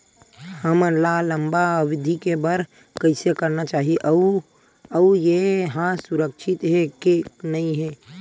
हमन ला लंबा अवधि के बर कइसे करना चाही अउ ये हा सुरक्षित हे के नई हे?